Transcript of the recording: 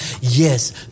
Yes